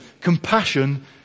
Compassion